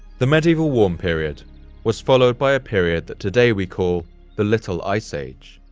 the medieval warm period was followed by a period that today we call the little ice age.